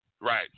Right